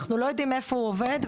אנחנו לא יודעים איפה הוא עובד,